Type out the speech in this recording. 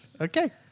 Okay